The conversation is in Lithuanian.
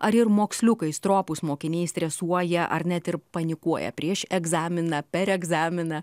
ar ir moksliukai stropūs mokiniai stresuoja ar net ir panikuoja prieš egzaminą per egzaminą